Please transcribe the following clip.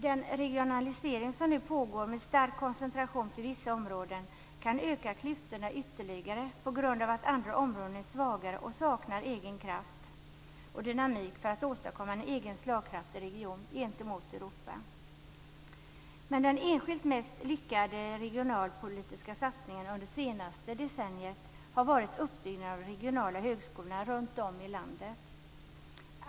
Den regionalisering som nu pågår, med stark koncentration till vissa områden, kan öka klyftorna ytterligare på grund av att andra områden är svagare och saknar egen kraft och dynamik för att åstadkomma en egen slagkraftig region gentemot Den enskilt mest lyckade regionalpolitiska satsningen under det senaste decenniet har varit uppbyggnaden av de regionala högskolorna runt om i landet.